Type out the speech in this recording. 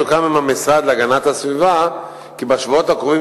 סוכם עם המשרד להגנת הסביבה כי בשבועות הקרובים